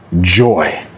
joy